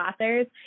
authors